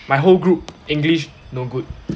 my whole group english no good